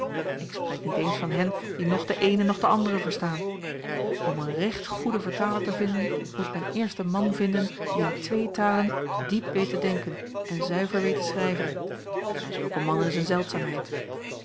ik spreek niet eens van hen die noch de eene noch de andere verstaan om een recht goeden vertaler te vinden moet men eerst een man vinden die in twee talen diep weet te denken en zuiver weet te schrijven en zulk een man is een